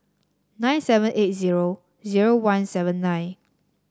nine seven eight zero zero one seven nine